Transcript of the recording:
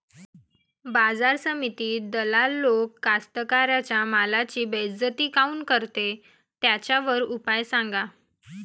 बाजार समितीत दलाल लोक कास्ताकाराच्या मालाची बेइज्जती काऊन करते? त्याच्यावर उपाव सांगा